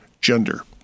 gender